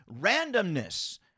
Randomness